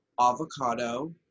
avocado